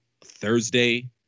Thursday